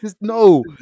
no